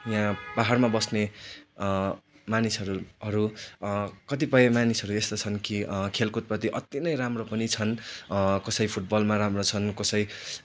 यहाँ पाहाडमा बस्ने मानिसहरू कतिपय मानिसहरू यस्तो छन् कि खेलकुदप्रति अति नै राम्रो पनि छन् कसै फुटबलमा राम्रो छन् कसै